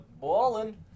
ballin